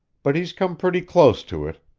but he's come pretty close to it.